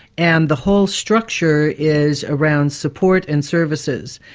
and the whole structure is around support and services,